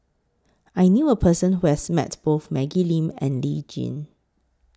I knew A Person Who has Met Both Maggie Lim and Lee Tjin